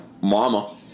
Mama